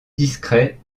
discret